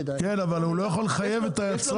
כן, אבל הוא לא יכול לחייב את היצרן.